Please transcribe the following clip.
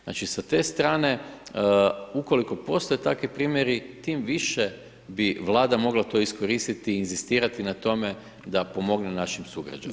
Znači, sa te strane ukoliko postoje takvi primjeri, tim više bi Vlada mogla to iskoristiti, inzistirati na tome da pomogne našim sugrađanima.